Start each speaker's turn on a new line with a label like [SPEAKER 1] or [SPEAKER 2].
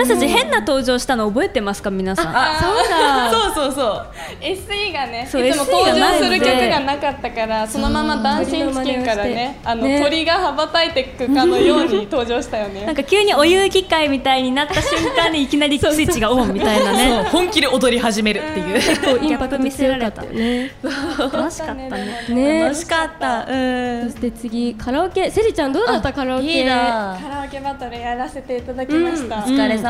[SPEAKER 1] 私たち変な登場したの覚えてますか、皆さん。
[SPEAKER 2] あ、
[SPEAKER 3] あ、
[SPEAKER 2] そうだ。
[SPEAKER 3] そうそうそう。
[SPEAKER 4] SEがね、いつも
[SPEAKER 1] そう、
[SPEAKER 4] 登場する
[SPEAKER 1] SEがないので。
[SPEAKER 4] 曲がなかったから、そのまま
[SPEAKER 1] そう。
[SPEAKER 4] ダンシンチキンからね、
[SPEAKER 1] 鳥の真似をして。
[SPEAKER 4] あの、
[SPEAKER 1] ね。
[SPEAKER 4] 鳥が羽ばたいてくかのように登場したよね。
[SPEAKER 1] なんか急にお遊戯会みたいになった瞬間にいきなりスイッチがオンみたいなね。
[SPEAKER 4] そうそうそう。
[SPEAKER 1] 本気で踊り始めるっていう。
[SPEAKER 4] うん。
[SPEAKER 1] こうインパクト強かったよね。
[SPEAKER 4] ギャップ見せられた。
[SPEAKER 1] 楽しかったね。
[SPEAKER 4] ね。
[SPEAKER 1] 楽しかった。
[SPEAKER 4] 楽しかった。
[SPEAKER 1] うん。そして次、カラオケ。セリちゃんどうだった？
[SPEAKER 2] あ、
[SPEAKER 1] カラオケ。
[SPEAKER 2] いいな。
[SPEAKER 4] カラオケバトルやらせていただきました。
[SPEAKER 1] うん。お疲れ様。